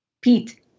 Pete